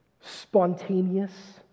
Spontaneous